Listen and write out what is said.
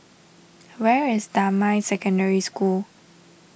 where is Damai Secondary School